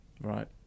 right